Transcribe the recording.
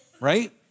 Right